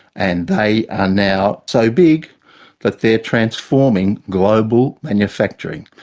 and they are now so big that they are transforming global manufacturing.